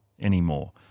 anymore